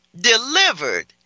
Delivered